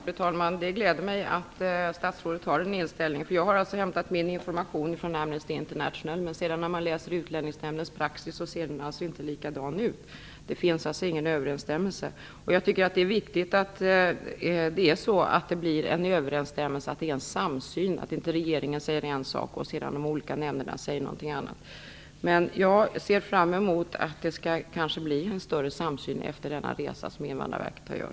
Fru talman! Det gläder mig att statsrådet har den inställningen. Jag har hämtat min information från Amnesty International, men läser man i Utlänningsnämndens praxis ser man att uppgifterna där inte ser likadana ut. Det finns alltså ingen överensstämmelse. Det är viktigt att det blir en överensstämmelse, en samsyn, att inte regeringen säger en sak och de olika nämnderna sedan säger någonting annat. Jag ser fram emot att en större samsyn kanske kommer till stånd efter den resa som representanter från Invandrarverket gör.